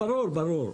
ברור, ברור.